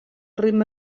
ritme